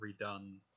redone